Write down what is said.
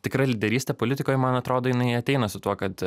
tikra lyderystė politikoj man atrodo jinai ateina su tuo kad